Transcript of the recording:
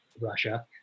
Russia